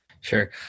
sure